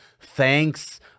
thanks